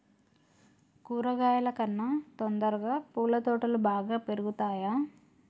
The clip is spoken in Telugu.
కూరగాయల కన్నా తొందరగా పూల తోటలు బాగా పెరుగుతయా?